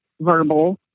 verbal